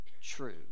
true